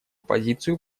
позицию